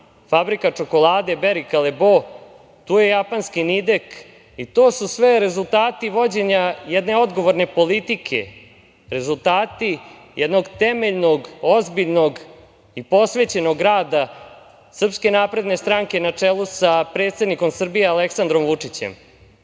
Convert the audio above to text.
fabrika čokolade "Barry Callebaut", tu je japanski "Nidek" i to su sve rezultati vođenja jedne odgovorne politike, rezultati jednog temeljnog, ozbiljnog i posvećenog rada SNS na čelu sa predsednikom Srbije Aleksandrom Vučićem. Kada